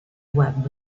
web